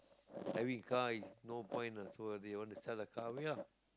having car is no point lah so they want to sell the car away ah